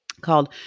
called